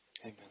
Amen